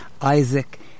Isaac